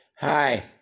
Hi